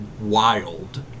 wild